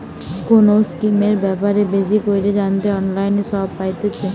কোনো স্কিমের ব্যাপারে বেশি কইরে জানতে অনলাইনে সব পাইতেছে